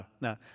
Now